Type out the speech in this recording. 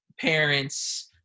parents